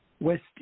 West